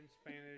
Spanish